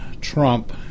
Trump